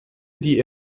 die